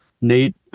Nate